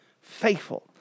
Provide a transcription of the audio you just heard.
Faithful